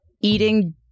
eating